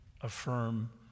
affirm